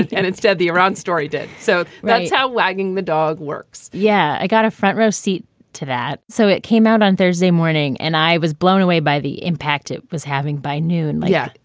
and instead, the iran story did. so that's how wagging the dog works yeah, i got a front row seat to that. so it came out on thursday morning and i was blown away by the impact it was having by noon. yeah, yeah.